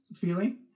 feeling